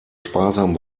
sparsam